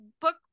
book